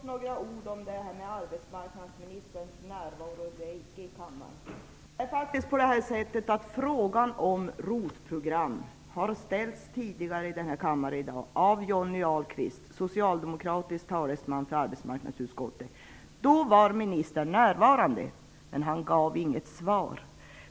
Herr talman! Först några ord om arbetsmarknadsministerns närvaro i kammaren. Frågan om ROT-program har faktiskt ställts här i kammaren tidigare i dag av Johnny Ahlqvist, socialdemokratisk talesman i arbetsmarknadsutskottet. Då var arbetsmarknadsministern närvarande, men han gav inget svar.